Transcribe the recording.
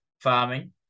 farming